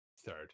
third